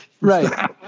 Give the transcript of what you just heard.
right